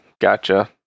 Gotcha